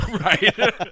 Right